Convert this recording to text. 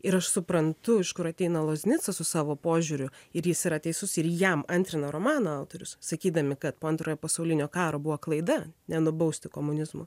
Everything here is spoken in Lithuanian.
ir aš suprantu iš kur ateina loznica su savo požiūriu ir jis yra teisus ir jam antrina romano autorius sakydami kad po antrojo pasaulinio karo buvo klaida nenubausti komunizmo